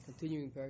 Continuing